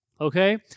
Okay